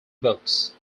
books